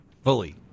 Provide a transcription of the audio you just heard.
Fully